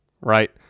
right